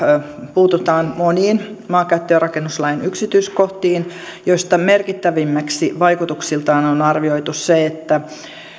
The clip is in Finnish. puututaan moniin maankäyttö ja rakennuslain yksityiskohtiin joista merkittävimmäksi vaikutuksiltaan on on arvioitu se että